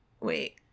wait